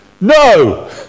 No